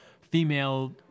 female